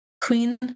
queen